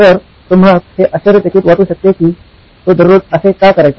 तर तुम्हास हे आश्चर्यचकित वाटू शकते की तो दररोज असे का करायचा